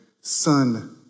son